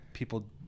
People